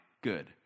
good